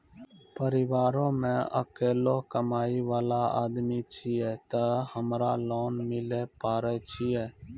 परिवारों मे अकेलो कमाई वाला आदमी छियै ते हमरा लोन मिले पारे छियै?